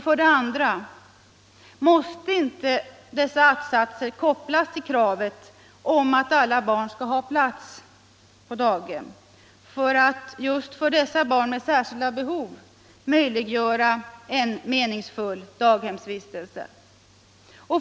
För det andra: Måste inte dessa att-satser kopplas till kravet om att alla barn skall ha plats på daghem för att just för dessa barn med särskilda behov möjliggöra en meningsfull daghemsvistelse?